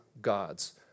gods